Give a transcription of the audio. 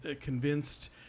convinced